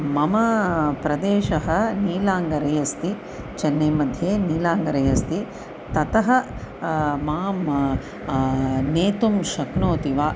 मम प्रदेशः नीलाङ्गरै अस्ति चन्नैमध्ये नीलाङ्गरै अस्ति ततः माम् नेतुं शक्नोति वा